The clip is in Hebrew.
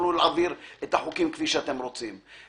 ותוכלו להעביר את החוקים כפי שאתם רוצים.